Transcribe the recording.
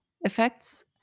effects